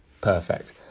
Perfect